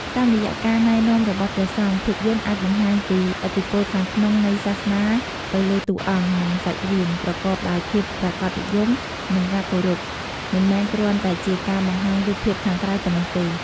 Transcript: តាមរយៈការណែនាំរបស់ព្រះសង្ឃ ភាពយន្តអាចបង្ហាញពី ឥទ្ធិពលខាងក្នុងនៃសាសនាទៅលើតួអង្គ និងសាច់រឿង ប្រកបដោយភាពប្រាកដនិយម និងការគោរព មិនមែនគ្រាន់តែជាការបង្ហាញរូបភាពខាងក្រៅប៉ុណ្ណោះទេ។